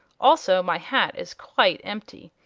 also, my hat is quite empty.